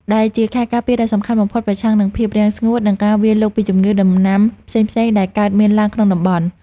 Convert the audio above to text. ដែលជាខែលការពារដ៏សំខាន់បំផុតប្រឆាំងនឹងភាពរាំងស្ងួត និងការវាយលុកពីជំងឺដំណាំផ្សេងៗដែលកើតមានឡើងក្នុងតំបន់។